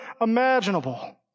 imaginable